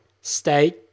Stay